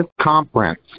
conference